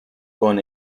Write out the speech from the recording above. con